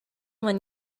when